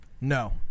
No